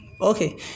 Okay